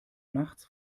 nachts